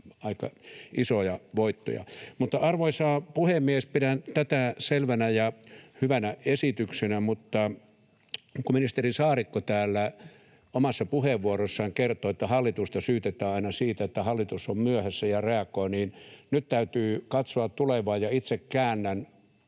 aika isoja voittoja. Arvoisa puhemies! Pidän tätä selvänä ja hyvänä esityksenä, mutta kun ministeri Saarikko täällä omassa puheenvuorossaan kertoi, että hallitusta syytetään aina siitä, että hallitus on ja reagoi myöhässä, niin nyt täytyy katsoa tulevaan, ja itse käännän